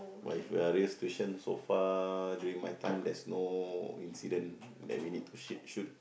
but uh in real situation so far during my time there's no incident that we need to shit shoot